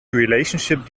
relationship